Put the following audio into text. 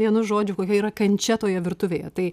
vienu žodžiu kokia yra kančia toje virtuvėje tai